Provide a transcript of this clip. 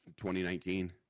2019